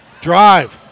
drive